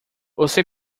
você